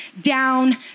down